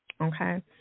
okay